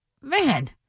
Man